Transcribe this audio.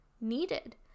needed